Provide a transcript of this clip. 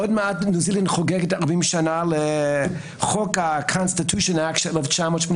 עוד מעט ניו-זילנד מציינת 40 שנה לחוקת האומה שמשריינת